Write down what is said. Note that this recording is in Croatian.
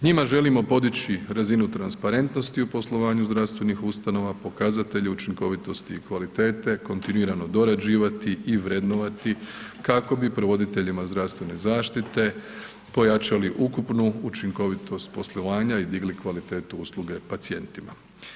Njima želimo podići razinu transparentnosti u poslovanju zdravstvenih ustanova, pokazatelj učinkovitosti i kvalitete, kontinuirano dorađivati i vrednovati kako bi provoditeljima zdravstvene zaštite pojačali ukupnu učinkovitost poslovanja i digli kvalitetu usluge pacijentima.